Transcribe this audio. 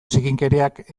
zikinkeriak